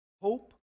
hope